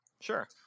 Sure